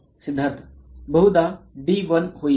सिद्धार्थ बहुधा डी 1 होईल